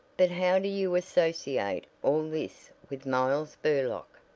but how do you associate all this with miles burlock?